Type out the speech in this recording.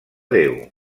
déu